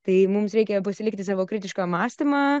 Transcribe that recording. tai mums reikia pasilikti savo kritišką mąstymą